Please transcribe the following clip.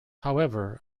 however